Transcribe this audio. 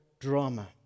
drama